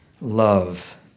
love